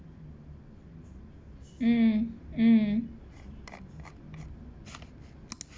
mm mm